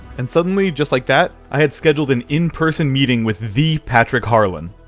and suddenly, just like that, i had scheduled an in person meeting with the patrick harlan.